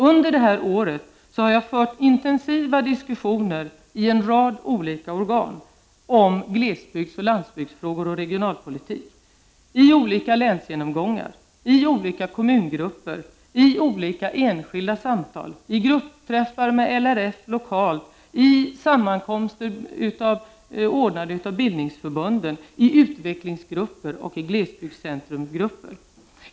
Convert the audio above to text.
Under det här året har jag fört intensiva diskussioner i en rad olika organ om glesbygdsoch landsbygdsfrågor och regionalpolitik — i olika länsgenomgångar, i olika kommungrupper, i olika enskilda samtal, i gruppträffar med LRF lokalt, i sammankomster ordnade av bildningsförbunden, i utvecklingsgrupper och i glesbygdscentrumgrupper.